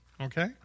okay